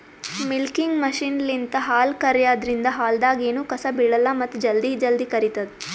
milking ಮಷಿನ್ಲಿಂತ್ ಹಾಲ್ ಕರ್ಯಾದ್ರಿನ್ದ ಹಾಲ್ದಾಗ್ ಎನೂ ಕಸ ಬಿಳಲ್ಲ್ ಮತ್ತ್ ಜಲ್ದಿ ಜಲ್ದಿ ಕರಿತದ್